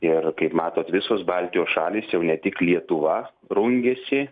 ir kaip matot visos baltijos šalys jau ne tik lietuva rungiasi